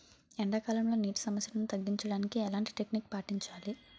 ఎండా కాలంలో, నీటి సమస్యలను తగ్గించడానికి ఎలాంటి టెక్నిక్ పాటించాలి?